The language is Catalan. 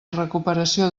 recuperació